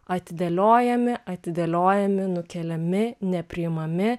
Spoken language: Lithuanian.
atidėliojami atidėliojami nukeliami nepriimami